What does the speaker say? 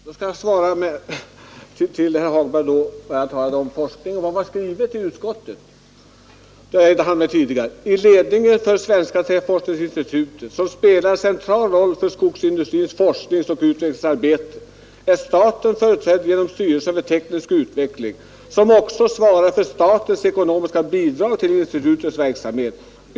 Herr talman! Som svar på herr Hagbergs tal om forskning vill jag citera vad utskottet skriver: ”I ledningen för Svenska träforskningsinstitutet, som spelar en central roll för skogsindustrins forsknings och utvecklingsarbete, är staten företrädd genom styrelsen för teknisk utveckling, som också svarar för statens ekonomiska bidrag till institutets verksamhet.